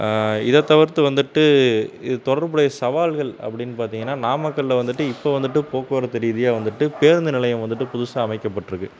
இதைத் தவிர்த்து வந்துவிட்டு இது தொடர்புடைய சவால்கள் அப்படின்னு பார்த்தீங்கன்னா நாமக்கல்லை வந்துவிட்டு இப்போ வந்துவிட்டு போக்குவரத்து ரீதியாக வந்துவிட்டு பேருந்து நிலையம் வந்துவிட்டு புதுசாக அமைக்கப்பட்டிருக்கு